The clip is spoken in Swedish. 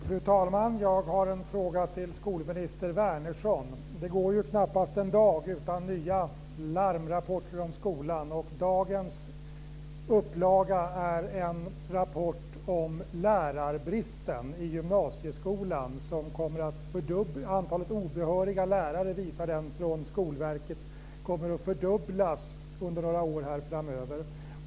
Fru talman! Jag har en fråga till skolminister Wärnersson. Det går ju knappast en dag utan att det kommer nya larmrapporter om skolan. Dagens upplaga är en rapport om lärarbristen i gymnasieskolan. Den rapporten från Skolverket visar att antalet obehöriga lärare kommer att fördubblas under några år framöver.